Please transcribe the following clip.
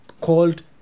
called